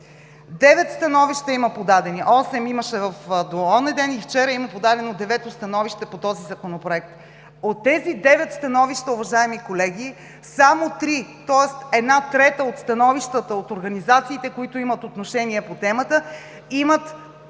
становища има подадени. Осем имаше до онзи ден и вчера има подадено девето становище по този Законопроект. От тези девет становища, уважаеми колеги, само три, тоест една трета от становищата от организациите, които имат отношение по темата, имат